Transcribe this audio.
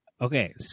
Okay